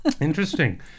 Interesting